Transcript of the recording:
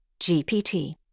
GPT